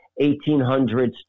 1800s